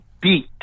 beat